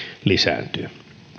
lisääntyvät